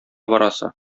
барасы